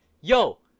yo